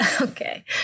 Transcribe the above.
okay